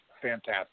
fantastic